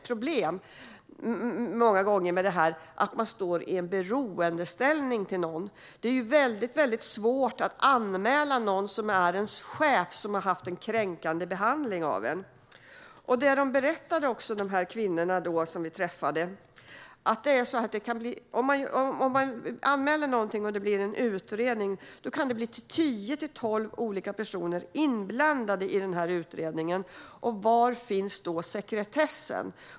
Problemet många gånger är att man står i en beroendeställning till någon. Det är väldigt svårt att anmäla någon som är ens chef och som har behandlat en kränkande. Kvinnorna som vi träffade berättade att om man anmäler något och det blir en utredning kan det bli tio till tolv olika personer inblandade i utredningen. Var finns då sekretessen?